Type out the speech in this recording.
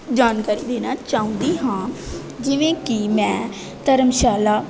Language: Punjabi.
ਜਾਣਕਾਰੀ ਦੇਣਾ ਚਾਹੁੰਦੀ ਹਾਂ ਜਿਵੇਂ ਕਿ ਮੈਂ ਧਰਮਸ਼ਾਲਾ